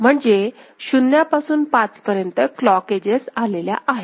म्हणजे शुन्यापासून पाच पर्यंत क्लॉक एजेस आलेल्या आहेत